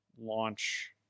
Launch